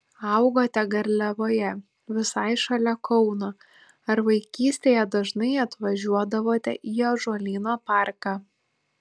augote garliavoje visai šalia kauno ar vaikystėje dažnai atvažiuodavote į ąžuolyno parką